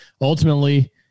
ultimately